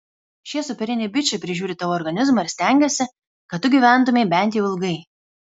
šie superiniai bičai prižiūri tavo organizmą ir stengiasi kad tu gyventumei bent jau ilgai